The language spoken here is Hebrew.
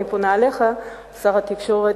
אני פונה אליך, אדוני שר התקשורת,